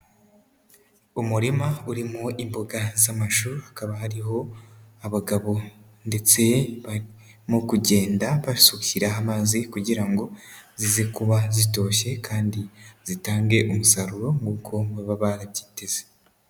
Umurima urimo imboga z'amashuri, hakaba hariho abagabo ndetse barimo kugenda bazuhiraho amazi kugira ngo zize kuba zitoshye kandi zitange umusaruro nk'uko baba barabyiteze.